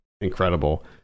incredible